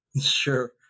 Sure